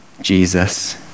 Jesus